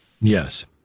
yes